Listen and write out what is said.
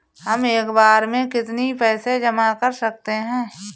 हम एक बार में कितनी पैसे जमा कर सकते हैं?